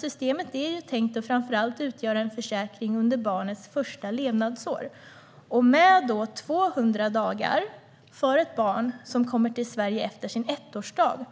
Systemet är tänkt att framför allt utgöra en försäkring under barnets första levnadsår. Med 200 dagar för ett barn som kommer till Sverige efter sin ettårsdag